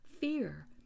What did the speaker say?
fear